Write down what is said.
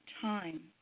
time